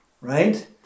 right